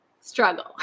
struggle